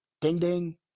ding-ding